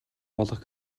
болох